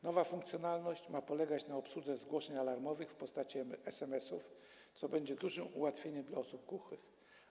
Nowa funkcjonalność ma polegać na obsłudze zgłoszeń alarmowych w postaci SMS-ów, co będzie dużym ułatwieniem dla osób głuchych.